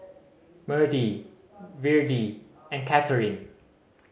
Mertie Virdie and Katherin